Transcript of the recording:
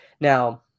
Now